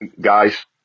guys